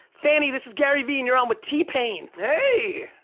fanny this is gary vee and you're on with t-pain. hey!